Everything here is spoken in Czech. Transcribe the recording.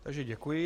Takže děkuji.